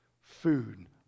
food